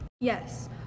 Yes